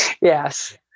Yes